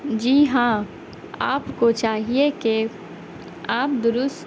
جی ہاں آپ کو چاہیے کہ آپ درست